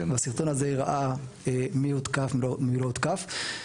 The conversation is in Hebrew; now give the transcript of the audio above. והסרטון הזה הראה מי הותקף ומי לא הותקף.